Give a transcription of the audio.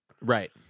Right